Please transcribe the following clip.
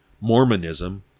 Mormonism